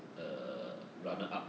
err runner up